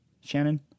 Shannon